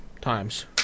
Times